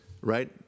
right